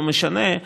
לא משנה,